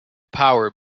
power